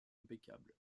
impeccable